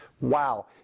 Wow